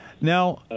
Now